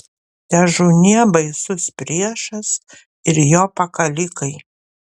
težūnie baisus priešas ir jo pakalikai